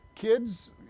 Kids